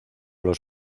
los